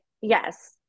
Yes